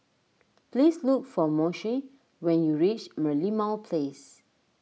please look for Moshe when you reach Merlimau Place